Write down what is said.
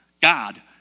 God